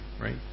right